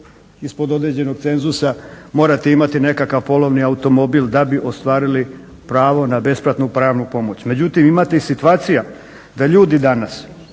ispod određenog cenzusa, morate imati nekakav polovni automobil da bi ostvarili pravo na besplatnu pravnu pomoć. Međutim, imate i situacija da ljudi danas